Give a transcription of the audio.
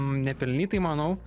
nepelnytai manau